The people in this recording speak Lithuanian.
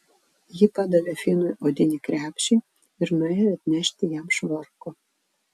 ji padavė finui odinį krepšį ir nuėjo atnešti jam švarko